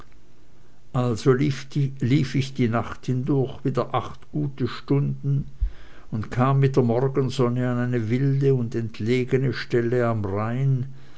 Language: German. also lief ich die nacht hindurch wieder acht gute stunden und kam mit der morgensonne an eine wilde und entlegene stelle am rhein